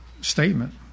statement